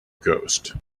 ghost